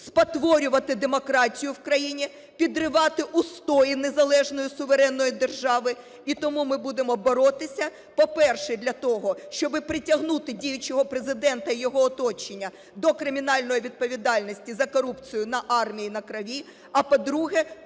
спотворювати демократію в країні, підривати устої незалежної суверенної держави. І тому ми будемо боротися, по-перше, для того, щоби притягнути діючого Президента і його оточення до кримінальної відповідальності за корупцію на армії, на крові; а, по-друге,